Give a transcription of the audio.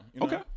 okay